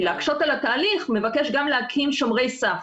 להקשות על התהליך מבקש גם להקים שומרי סף.